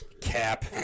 Cap